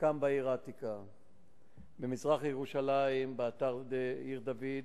חלקם בעיר העתיקה במזרח-ירושלים באתר עיר-דוד,